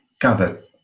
gather